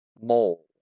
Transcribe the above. mole